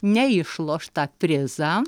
neišloštą prizą